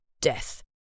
Death